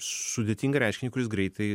sudėtingą reiškinį kuris greitai